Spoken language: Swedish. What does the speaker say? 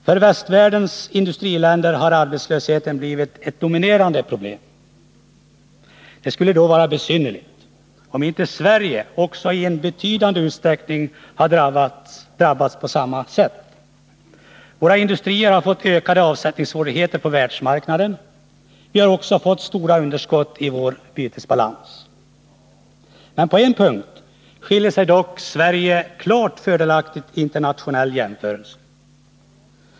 För västvärldens industriländer har arbetslösheten blivit ett dominerande problem. Det skulle då vara besynnerligt, om inte Sverige också i en betydande utsträckning hade drabbats på samma sätt. Våra industrier har fått ökade avsättningssvårigheter på världsmarknaden. Vi har också fått stora underskott i vår bytesbalans. Men på en punkt skiljer dock Sverige ut sig klart fördelaktigt vid en internationell jämförelse.